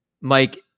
Mike